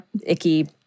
icky